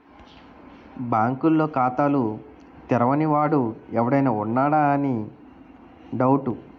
బాంకుల్లో ఖాతాలు తెరవని వాడు ఎవడైనా ఉన్నాడా అని డౌటు